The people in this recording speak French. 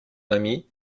ami